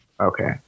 Okay